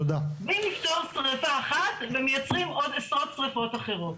בלי לפתור שריפה אחת ומייצרים עוד עשרות שריפות אחרות.